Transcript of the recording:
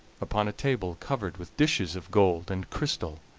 upon a table covered with dishes of gold and crystal,